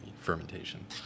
fermentation